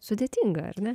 sudėtinga ar ne